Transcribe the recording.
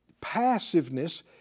passiveness